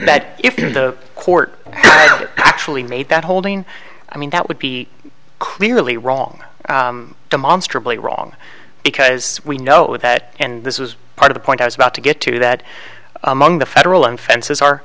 that if the court actually made that holding i mean that would be clearly wrong demonstrably wrong because we know that and this was part of the point i was about to get to that among the federal and fences are